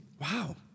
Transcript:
wow